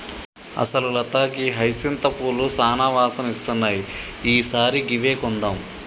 అసలు లత గీ హైసింత పూలు సానా వాసన ఇస్తున్నాయి ఈ సారి గివ్వే కొందాం